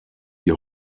die